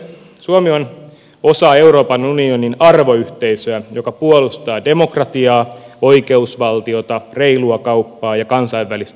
suomi on osa euroopan unionin arvoyhteisöä joka puolustaa demokratiaa oikeusvaltiota reilua kauppaa ja kansainvälistä oikeutta